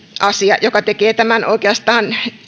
asia joka tekee tämän oikeastaan